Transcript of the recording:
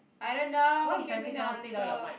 I don't know give me the answer